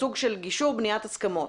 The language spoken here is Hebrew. סוג של גישור לבניית הסכמות?